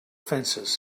fences